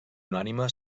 unànime